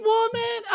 Woman